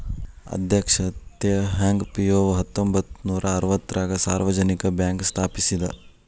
ಅಧ್ಯಕ್ಷ Teh Hong Piow ಹತ್ತೊಂಬತ್ ನೂರಾ ಅರವತ್ತಾರಗ ಸಾರ್ವಜನಿಕ ಬ್ಯಾಂಕ್ ಸ್ಥಾಪಿಸಿದ